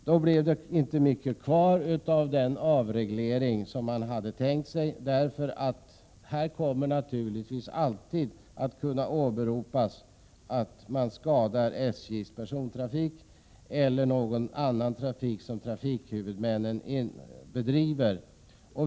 Då blir det inte mycket kvar av den avreglering som man hade tänkt sig, för här kommer det naturligtvis alltid att kunna åberopas att en konkurrens skadar SJ:s persontrafik eller någon annan trafik som trafikhuvudmännen bedriver.